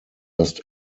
lost